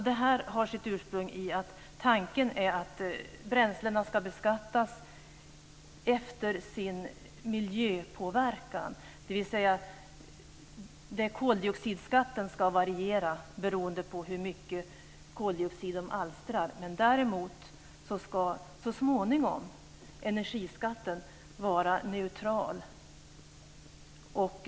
Det har sitt ursprung i att tanken är att bränslena ska beskattas efter deras miljöpåverkan, dvs. att koldioxidskatten ska variera beroende på hur mycket koldioxid de alstrar. Men däremot ska så småningom energiskatten vara neutral.